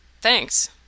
Thanks